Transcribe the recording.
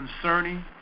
concerning